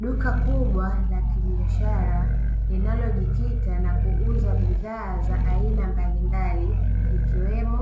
Duka kubwa la kibiashara linalojikita na kuuza bidhaa za aina mbalimbali, ikiwemo